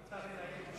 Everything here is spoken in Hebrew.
מותר לי להעיר משהו?